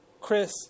chris